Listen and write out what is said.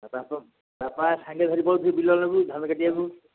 ବାପା ସାଇକେଲ ଧରି ପଳଉ ଥିବେ ବିଲ ଆଡ଼କୁ ଧାନ କାଟିବାକୁୁ